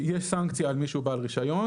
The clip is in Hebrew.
יש סנקציה על מי שהוא בעל רישיון.